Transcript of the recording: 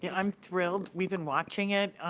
yeah i'm thrilled, we've been watching it,